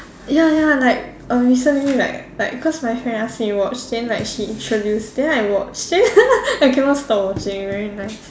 ya ya like uh recently like like cause my friend ask me watch then like she introduce then I watch then I cannot stop watching very nice